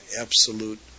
absolute